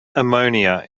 ammonia